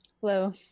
hello